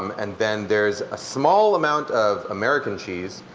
um and then there's a small amount of american cheese,